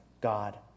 God